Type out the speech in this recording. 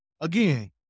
Again